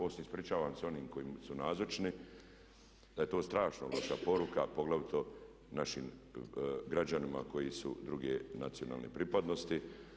Ovo se ispričavam svim onim koji su nazočni, da je to strašno loša poruka, a poglavito našim građanima koji su druge nacionalne pripadnosti.